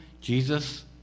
Jesus